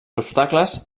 obstacles